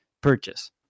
purchase